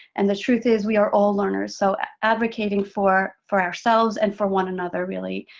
and the truth is, we are all learners. so advocating for for ourselves, and for one another, really,